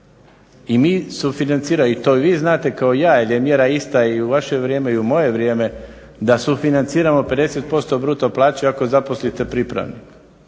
I mi sufinanciramo, i to i vi znate kao i ja, jel je mjera ista i u vaše vrijeme i u moje vrijeme, da sufinanciramo 50% bruto plaće ako zaposlite pripravnika.